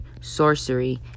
sorcery